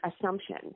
assumption